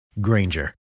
Granger